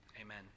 Amen